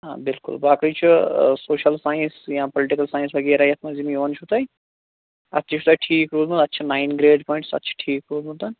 آ بِلکُل باقٕے چھُ سوشَل ساینَس یا پُلٹِکَل ساینَس وغیرہ یَتھ مَنٛز یِم یِوان چھُ تۄہہِ اَتھ چھِ تۄہہِ ٹھیٖک روٗدمُت اَتھ چھِ نایِن گرٛیڈ پوایِنٹٕس اَتھ چھِ ٹھیٖک روٗدمُت